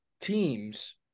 teams